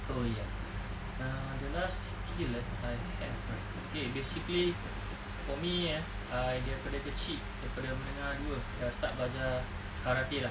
oh ya uh the last skill eh I have eh okay basically for me eh I daripada kecil daripada menengah dua dah start belajar karate lah